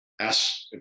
ask